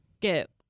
Get